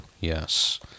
Yes